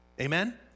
Amen